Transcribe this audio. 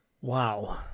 Wow